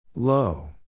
Low